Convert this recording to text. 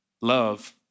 love